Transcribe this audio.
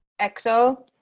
Exo